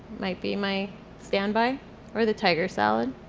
might be my standby or the tiger salad.